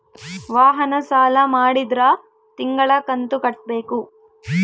ವಾಹನ ಸಾಲ ಮಾಡಿದ್ರಾ ತಿಂಗಳ ಕಂತು ಕಟ್ಬೇಕು